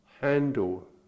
handle